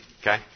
Okay